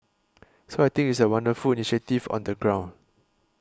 so I think it's a wonderful initiative on the ground